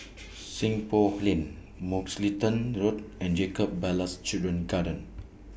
Seng Poh Lane Mugliston Road and Jacob Ballas Children's Garden